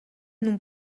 non